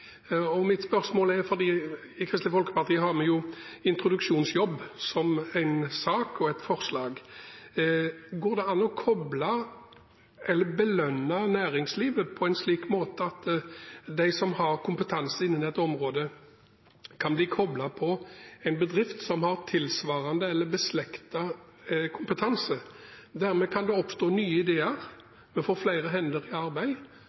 I Kristelig Folkeparti har vi en sak og et forslag om introduksjonsjobb. Går det an å koble på eller belønne næringslivet på en slik måte at de som har kompetanse innen et område, kan bli koblet på en bedrift hvor man har tilsvarende eller beslektet kompetanse, og det dermed kan oppstå nye ideer, vi får flere hender i arbeid,